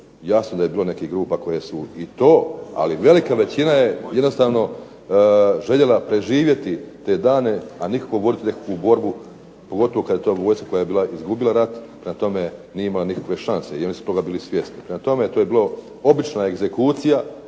jasno da je bilo nekih grupa koje su i to, ali velika većina je jednostavno željela preživjeti te dane, a nikako voditi nekakvu borbu pogotovo kad je to vojska koja je bila izgubila rat. Prema tome nije imala nikakve šanse i oni su toga bili svjesni. Prema tome to je bila obična egzekucija,